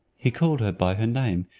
he called her by her name,